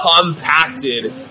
compacted